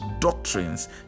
doctrines